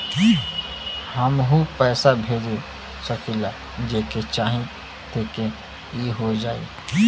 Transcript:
हमहू पैसा भेज सकीला जेके चाही तोके ई हो जाई?